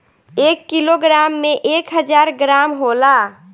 एक किलोग्राम में एक हजार ग्राम होला